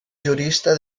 jurista